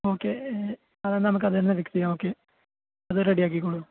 okay അത് നമുക്ക് അത് തന്നെ ഫിക്സ് ചെയ്യാം ഓക്കേ അത് റെഡി ആക്കിക്കോളൂ